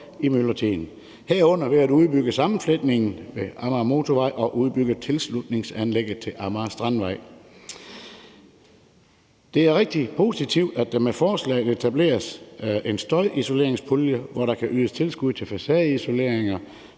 i myldretiden. Det sker ved at udbygge sammenfletningen ved Amagermotorvejen og udbygge tilslutningsanlægget til Amager Strandvej. Det er rigtig positivt, at der med forslaget etableres en støjisoleringspulje, som betyder, at der kan ydes tilskud til facadeisoleringer